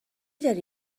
داری